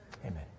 Amen